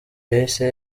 yahise